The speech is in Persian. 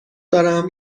دارم